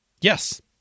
Yes